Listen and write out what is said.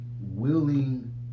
willing